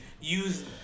use